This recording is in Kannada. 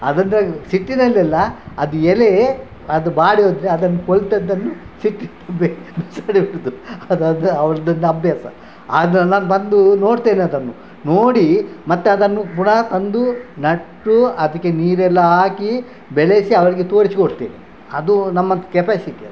ಅದಂದರೆ ಸಿಟ್ಟಿನಲ್ಲಿ ಅಲ್ಲ ಅದು ಎಲೆ ಅದು ಬಾಡಿ ಹೋದರೆ ಅದನ್ನು ಪೊಲ್ತದ್ದನ್ನು ಸಿಟ್ಟಿನಿಂದ ಬಿಸಾಡುವುದು ಅದು ಅಂದರೆ ಅವ್ರದ್ದು ಒಂದು ಅಭ್ಯಾಸ ಆದರೆ ನಾನು ಬಂದು ನೋಡ್ತೇನೆ ಅದನ್ನು ನೋಡಿ ಮತ್ತೆ ಅದನ್ನು ಪುನಃ ತಂದು ನೆಟ್ಟು ಅದಕ್ಕೆ ನೀರೆಲ್ಲ ಹಾಕಿ ಬೆಳೆಸಿ ಅವಳಿಗೆ ತೋರಿಸಿ ಕೊಡ್ತೇನೆ ಅದು ನಮ್ಮ ಕೆಪಾಸಿಟಿ ಅದು